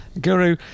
guru